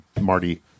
Marty